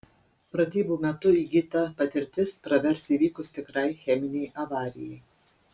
pratybų metu įgyta patirtis pravers įvykus tikrai cheminei avarijai